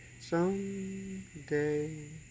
someday